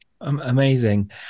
amazing